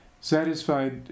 satisfied